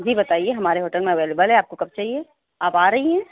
جی بتائیے ہمارے ہوٹل میں اویلیبل ہے آپ کو کب چاہیے آپ آ رہی ہیں